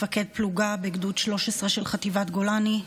מפקד פלוגה בגדוד 13 של חטיבת גולני,